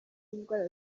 indwara